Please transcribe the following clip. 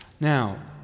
Now